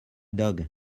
dog